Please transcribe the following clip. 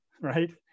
right